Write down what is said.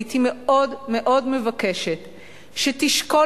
הייתי מאוד מאוד מבקשת שתשקול,